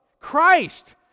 Christ